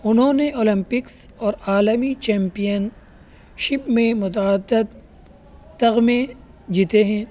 انہوں نے اولمپکس اور عالمی چیمپیئن شپ میں متعدد تمغے جیتے ہیں